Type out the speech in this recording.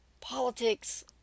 Politics